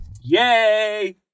Yay